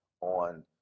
on